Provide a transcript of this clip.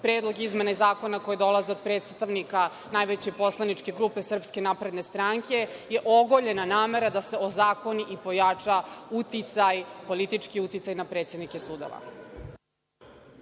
predlog izmena zakona koje dolaze od predstavnika najveće poslaničke grupe, SNS, je ogoljena namera da se ozakoni i pojača politički uticaj na predsednike sudova.